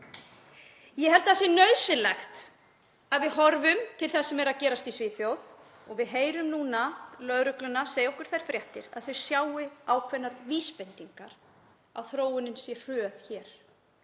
Ég held að það sé nauðsynlegt að við horfum til þess sem er að gerast í Svíþjóð og við heyrum núna lögregluna segja okkur þær fréttir að hún sjái ákveðnar vísbendingar um að þróunin sé hröð hér.